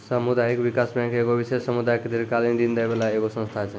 समुदायिक विकास बैंक एगो विशेष समुदाय के दीर्घकालिन ऋण दै बाला एगो संस्था छै